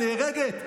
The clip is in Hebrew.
נהרגת,